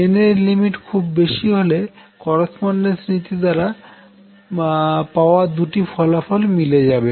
n এর limit খুব বেশি হলে করস্পন্ডেস নীতি দ্বারা পাওয়া দুটি ফলাফল মিলে যাবে